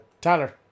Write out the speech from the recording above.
Tyler